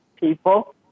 people